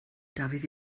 dafydd